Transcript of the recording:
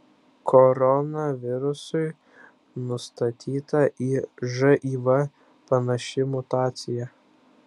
koronavirusui nustatyta į živ panaši mutacija